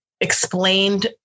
explained